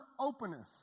openeth